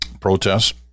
protests